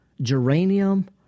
geranium